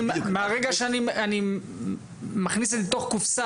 מהרגע שאני מכניס את זה לתוך קופסה